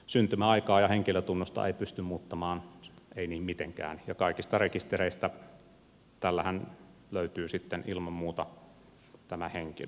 syntymäaikaa ja henkilötunnusta ei pysty muuttamaan ei niin mitenkään ja kaikista rekistereistä näillähän löytyy sitten ilman muuta tämä henkilö